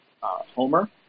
Homer